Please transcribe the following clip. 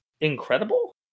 incredible